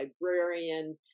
librarian